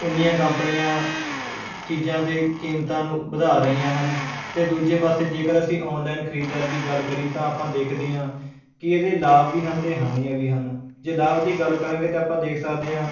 ਉੱਨੀਆਂ ਕੰਪਨੀਆਂ ਚੀਜ਼ਾਂ ਦੇ ਕੀਮਤਾਂ ਨੂੰ ਵਧਾ ਰਹੀਆਂ ਹਨ ਅਤੇ ਦੂਜੇ ਪਾਸੇ ਜੇਕਰ ਅਸੀਂ ਔਨਲਾਈਨ ਖਰੀਦਦਾਰੀ ਦੀ ਗੱਲ ਕਰੀਏ ਤਾਂ ਆਪਾਂ ਦੇਖਦੇ ਹਾਂ ਕਿ ਇਹਦੇ ਲਾਭ ਵੀ ਹਨ ਅਤੇ ਹਾਨੀਆਂ ਵੀ ਹਨ ਜੇ ਲਾਭ ਦੀ ਗੱਲ ਕਰਾਂਗੇ ਤਾਂ ਆਪਾਂ ਦੇਖ ਸਕਦੇ ਹਾਂ